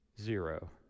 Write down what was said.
Zero